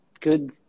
good